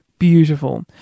beautiful